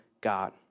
God